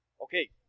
Okay